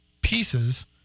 pieces